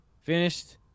Finished